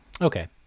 Okay